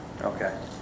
Okay